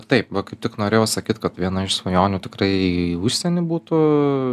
taip va kaip tik norėjau sakyt kad viena iš svajonių tikrai į užsienį būtų